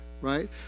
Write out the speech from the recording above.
right